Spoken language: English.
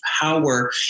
power